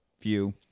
view